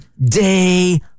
day